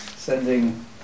Sending